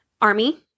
Army